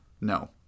No